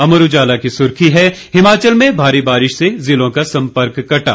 अमर उजाला की सुर्खी है हिमाचल में भारी बारिश से जिलों का संपर्क कटा